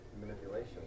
manipulation